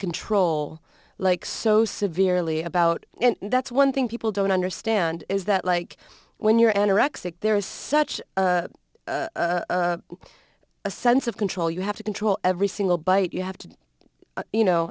control like so severely about and that's one thing people don't understand is that like when you're anorexic there is such a sense of control you have to control every single bite you have to do you know